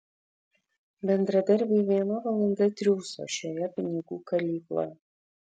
bendradarbiui viena valanda triūso šioje pinigų kalykloje